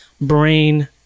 brain